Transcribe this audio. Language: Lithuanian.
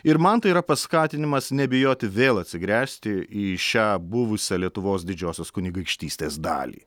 ir man tai yra paskatinimas nebijoti vėl atsigręžti į šią buvusią lietuvos didžiosios kunigaikštystės dalį